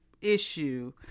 issue